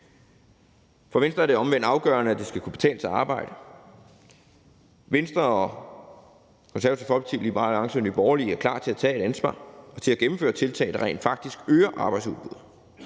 For Venstre er det omvendt afgørende, at det skal kunne betale sig at arbejde. Venstre, Det Konservative Folkeparti, Liberal Alliance og Nye Borgerlige er klar til at tage et ansvar og til at gennemføre tiltag, der rent faktisk øger arbejdsudbuddet,